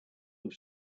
have